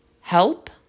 help